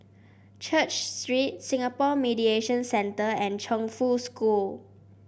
Church Street Singapore Mediation Centre and Chongfu School